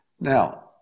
Now